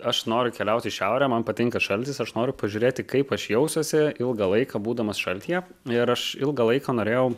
aš noriu keliauti į šiaurę man patinka šaltis aš noriu pažiūrėti kaip aš jausiuosi ilgą laiką būdamas šaltyje ir aš ilgą laiką norėjau